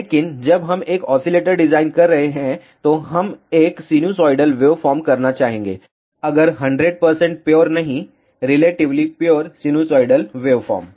लेकिन जब हम एक ऑसीलेटर डिजाइन कर रहे हैं तो हम एक सिनुएसोइडल वेवफॉर्म करना चाहेंगे अगर 100 प्योर नहीं रिलेटीवली प्योर सिनुएसोइडल वेवफॉर्म